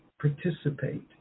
participate